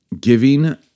Giving